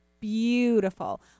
Beautiful